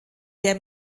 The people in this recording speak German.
der